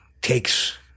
takes